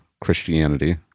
Christianity